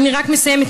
אני רק מסיימת,